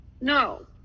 No